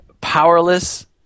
powerless